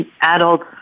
adults